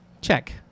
check